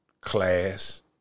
class